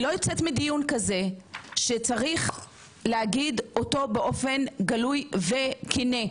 מדיון כזה שצריך להגיד אותו באופן גלוי וכנה.